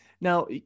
Now